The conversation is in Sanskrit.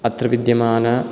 अत्र विद्यमान